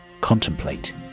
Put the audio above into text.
Contemplate